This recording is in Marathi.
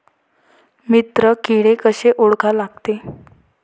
मित्र किडे कशे ओळखा लागते?